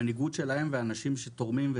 המנהיגות שלהם ואנשים שתורמים,